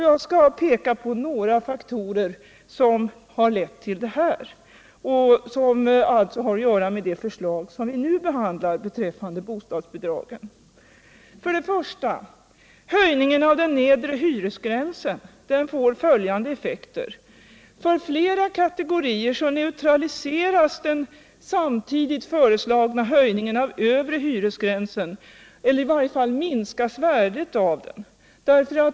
Jag skall peka på några faktorer i de förslag som vi nu behandlar beträffande bostadsbidragen som leder till sådana effekter. Höjningen av den nedre hyresgränsen får följande effekter: För flera kategorier neutraliseras den samtidigt föreslagna höjningen av övre hyresgränsen, och i varje fall minskas värdet av den.